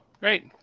Great